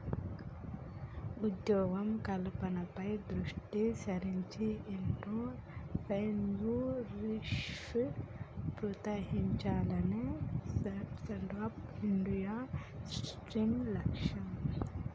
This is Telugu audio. ఉద్యోగ కల్పనపై దృష్టి సారించి ఎంట్రప్రెన్యూర్షిప్ ప్రోత్సహించాలనే స్టాండప్ ఇండియా స్కీమ్ లక్ష్యం